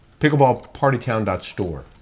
pickleballpartytown.store